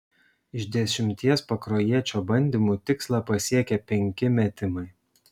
iš dešimties pakruojiečio bandymų tikslą pasiekė penki metimai